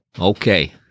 Okay